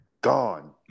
gone